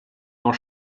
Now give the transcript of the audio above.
dans